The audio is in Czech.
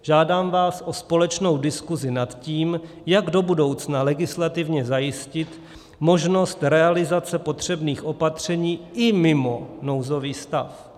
Žádám vás o společnou diskusi nad tím, jak do budoucna legislativně zajistit možnost realizace potřebných opatření i mimo nouzový stav.